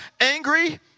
angry